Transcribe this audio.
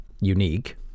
unique